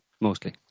mostly